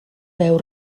veu